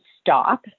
stop